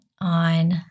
on